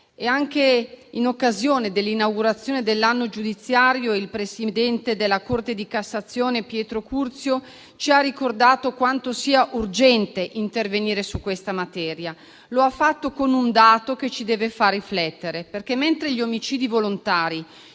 e anche in occasione dell'inaugurazione dell'anno giudiziario il presidente della Corte di cassazione Pietro Curzio ci ha ricordato quanto sia urgente intervenire su questa materia. Lo ha fatto con un dato che ci deve far riflettere, perché mentre gli omicidi volontari